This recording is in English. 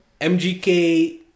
MGK